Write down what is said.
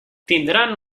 tindran